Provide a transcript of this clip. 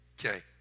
Okay